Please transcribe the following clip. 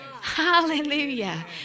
Hallelujah